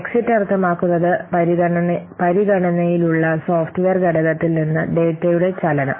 exit അർത്ഥമാക്കുന്നത് പരിഗണനയിലുള്ള software ഘടകത്തിൽ നിന്ന് ഡാറ്റയുടെ ചലനം